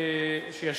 בנושא: